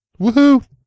woohoo